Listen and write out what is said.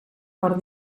per